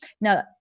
Now